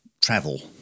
travel